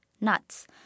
nuts